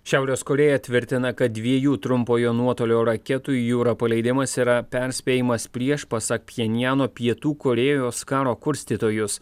šiaurės korėja tvirtina kad dviejų trumpojo nuotolio raketų į jūrą paleidimas yra perspėjimas prieš pasak pchenjano pietų korėjos karo kurstytojus